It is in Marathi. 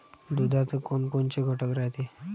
दुधात कोनकोनचे घटक रायते?